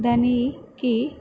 దానికి